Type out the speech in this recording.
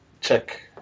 check